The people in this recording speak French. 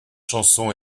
chanson